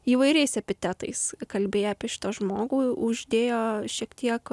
įvairiais epitetais kalbėjo apie šitą žmogų uždėjo šiek tiek